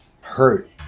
hurt